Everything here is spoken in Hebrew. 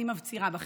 אני מפצירה בכם,